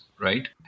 right